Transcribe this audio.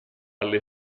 alle